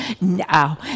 now